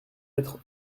être